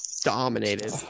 dominated